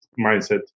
mindset